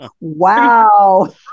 Wow